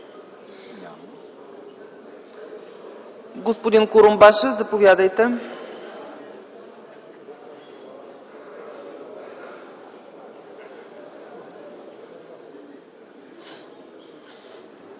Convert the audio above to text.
Господин Курумбашев, заповядайте.